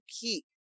keep